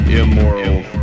immoral